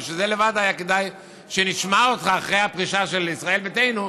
בשביל זה לבד היה כדאי שנשמע אותך אחרי הפרישה של ישראל ביתנו,